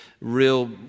real